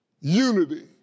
unity